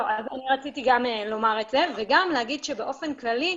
גם אני רציתי לומר את זה וגם לומר שבאופן כללי,